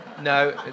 No